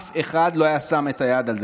אף אחד לא היה שם את היד על זה.